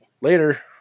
later